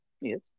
Yes